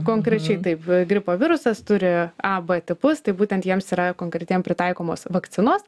konkrečiai taip gripo virusas turi a b tipus tai būtent jiems yra konkretiem pritaikomos vakcinos